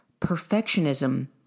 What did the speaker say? Perfectionism